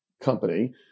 company